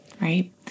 right